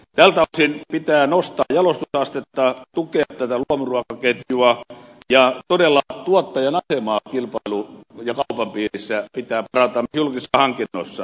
tältä osin pitää nostaa jalostusastetta tukea tätä luomuruokaketjua ja todella tuottajan asemaa kilpailun ja kaupan piirissä parantaa myös julkisissa hankinnoissa